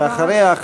ואחריה,